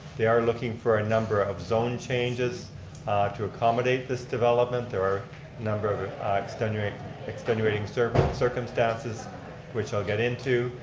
they are looking for a number of zone changes to accommodate this development. there are a number of ah extenuating extenuating so circumstances which i'll get into.